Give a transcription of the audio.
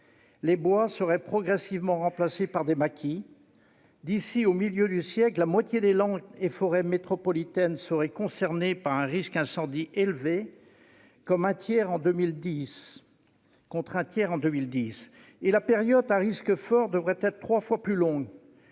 Les bois seraient progressivement remplacés par des maquis. D'ici au milieu du siècle, la moitié des landes et forêts métropolitaines seraient concernées par un risque incendie élevé, contre un tiers en 2010. Et la période à risque fort devrait être trois fois plus longue.